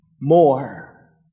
more